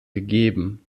gegeben